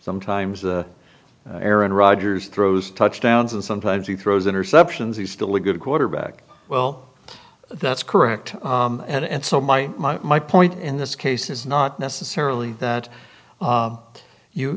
sometimes the aaron rodgers throws touchdowns and sometimes he throws interceptions he's still a good quarterback well that's correct and so my my my point in this case is not necessarily that